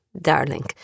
darling